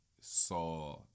saw